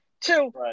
Two